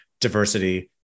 diversity